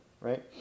right